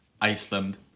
Iceland